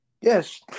Yes